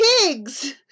Pigs